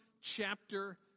chapter